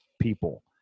people